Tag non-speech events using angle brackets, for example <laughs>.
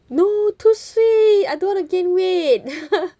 no too sweet I don't want to gain weight <laughs>